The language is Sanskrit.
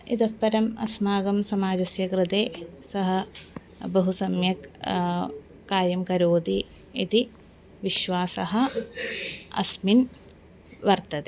इतः परम् अस्माकं समाजस्य कृते सः बहु सम्यक् कार्यं करोति इति विश्वासः अस्मिन् वर्तते